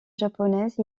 japonaise